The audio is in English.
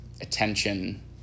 attention